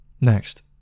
next